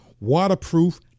waterproof